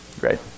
great